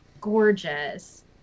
gorgeous